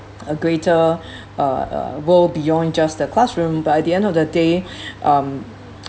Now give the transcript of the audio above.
a greater uh uh world beyond just the classroom but at the end of the day